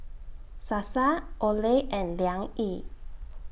Sasa Olay and Liang Yi